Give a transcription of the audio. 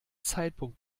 zeitpunkt